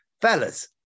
fellas